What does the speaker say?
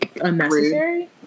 unnecessary